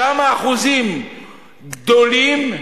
שם האחוזים גדולים.